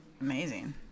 amazing